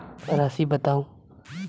राशि बताउ